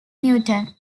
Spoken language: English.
newton